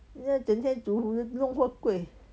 eh 怎天煮 hu~ 弄 huat kueh